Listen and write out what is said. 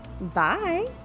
Bye